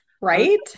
Right